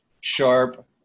sharp